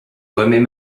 remets